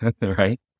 Right